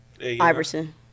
Iverson